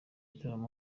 gitaramo